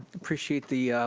appreciate the